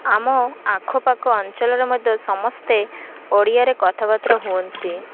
ଆମ ଆଖପାଖ ଅଞ୍ଚଳରେ ମଧ୍ୟ ସମସ୍ତେ ଓଡ଼ିଆରେ କଥାବାର୍ତ୍ତା ହୁଅନ୍ତି